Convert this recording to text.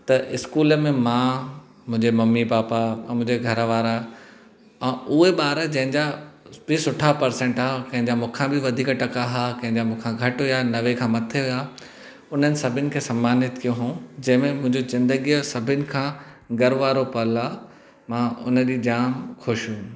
त स्कूल में मां मुंहिंजे मम्मी पापा ऐं मुंहिंजे घरु वारा उहे उहे ॿार जंहिंजा बि सुठा पर्संट आहे कंहिंखा मूंखा बि वधीक हा कंहिंजा मूंखा घटि हुया नवे खां मथे हुया उन सभिनि खे समानित कियो हूं जंहिंमे मुंहिंजो जिंदगीयो सभिनि खां घरु वारो पल आ मां उन ॾीहुं जाम ख़ुशि हुयमि